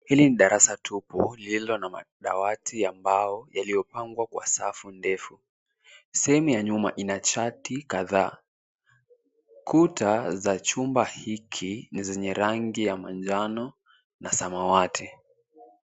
Hili ni darasa tupu lililo na madawati ya mbao yaliyo pangwa kwa safu ndefu. Sehemu ya nyuma ina chati kadhaa. Kuta za chumba hiki ni zenye rangi ya manjano na samawati.